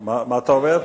אתה יודע,